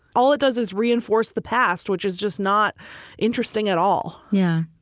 all it does is reinforce the past, which is just not interesting at all yeah.